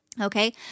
Okay